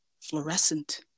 Fluorescent